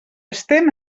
estem